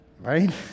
Right